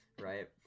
right